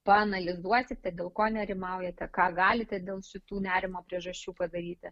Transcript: paanalizuosite dėl ko nerimaujate ką galite dėl šitų nerimo priežasčių padaryti